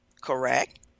Correct